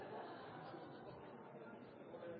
deres